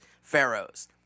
pharaohs